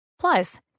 Plus